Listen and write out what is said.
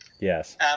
Yes